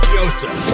Joseph